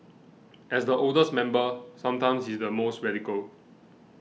as the oldest member sometimes he's the most radical